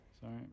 Sorry